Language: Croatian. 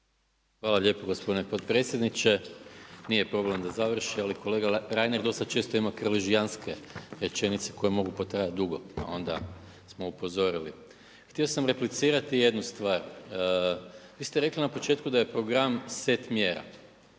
Hvala lijepo gospodine potpredsjedniče. Nije problem da završi ali kolega Reiner dosta često ima krležijanske rečenice koje mogu potrajati dugo, pa onda smo upozorili. Htio sam replicirati jednu stvar, vi ste rekli na početku da je program set mjera.